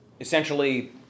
essentially